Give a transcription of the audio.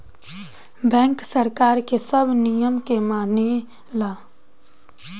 bank सरकार के सब नियम के मानेला